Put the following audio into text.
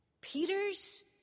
Peter's